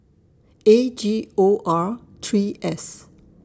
A G O R three S